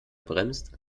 bremst